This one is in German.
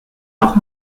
auch